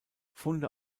funde